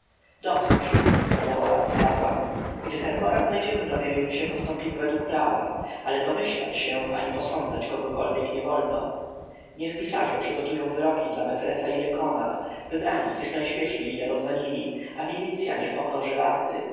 dosyć zawołał arcykapłan gdy herhora znajdziemy w labiryncie postąpimy według prawa ale domyślać się ani posądzać kogokolwiek nie wolno niech pisarze przygotują wyroki dla mefresa i lykona wybrani niech najśpieszniej jadą za nimi a milicja niech pomnoży warty